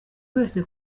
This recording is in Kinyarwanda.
wese